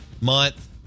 month